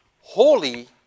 Holy